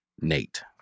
Nate